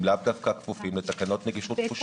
לאו דווקא כפופים לתקנות נגישות חושית.